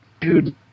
Dude